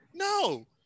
No